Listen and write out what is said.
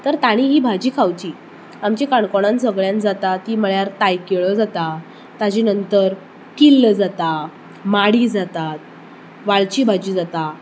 तर ताणीं ही भाजी खावची आमचे काणकोणान सगळ्यान जाता ती म्हळ्यार ताळकिळो जाता ताजे नंतर किल्ल जाता माडी जातात वालची भाजी जाता